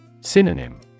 Synonym